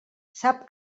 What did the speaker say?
sap